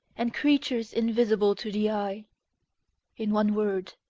and creatures invisible to the eye in one word,